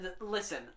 listen